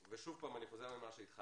שוב פעם אני חוזר על מה שהתחלתי.